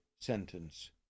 sentence